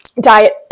diet